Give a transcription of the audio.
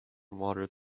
water